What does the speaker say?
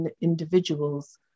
individuals